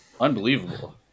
unbelievable